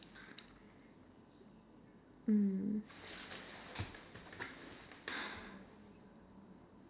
mm